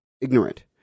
ignorant